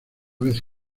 vez